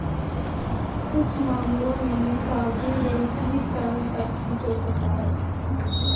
कुछ मामलों में सावधि ऋण तीस साल तक भी चल सकता है